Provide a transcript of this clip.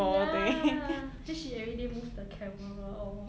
ya then she everyday move the camera all